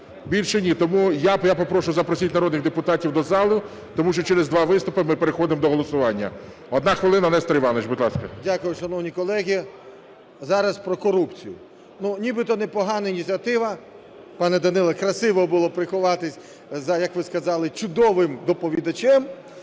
Більше ні. Тому я попрошу, запросіть народних депутатів до зали, тому що через два виступи ми переходимо до голосування. Одна хвилина, Нестор Іванович, будь ласка. 14:36:15 ШУФРИЧ Н.І. Дякую, шановні колеги. Зараз про корупцію. Нібито непогана ініціатива. Пане Данило, красиво було приховатись за, як ви сказали, чудовим доповідачем.